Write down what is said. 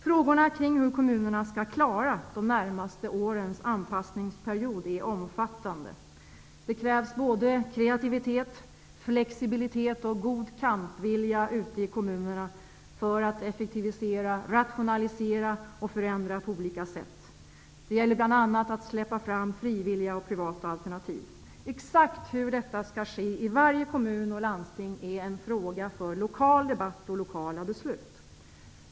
Frågorna kring hur kommunerna skall klara de närmaste årens anpassningsperiod är omfattande. Det krävs både kreativitet, flexibilitet och god kampvilja ute i kommunerna för att effektivisera, rationalisera och förändra på olika sätt. Det gäller bl.a. att släppa fram frivilliga och privata alternativ. Exakt hur detta skall ske i varje kommun och landsting är en fråga för lokal debatt och lokala beslut.